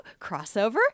crossover